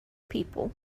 people